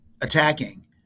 attacking